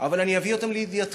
אבל אני אביא אותם לידיעתך.